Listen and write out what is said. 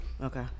Okay